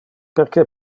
perque